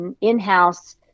in-house